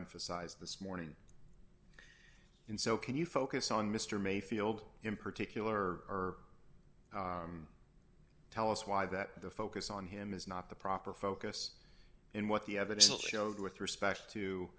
emphasize this morning and so can you focus on mr mayfield in particular tell us why that the focus on him is not the proper focus in what the evidence with respect to